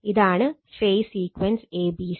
ഇതാണ് phase sequence a b c